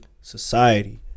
society